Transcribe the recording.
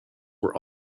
were